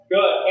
Good